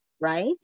right